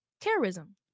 terrorism